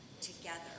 together